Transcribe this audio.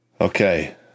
Okay